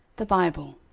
the bible,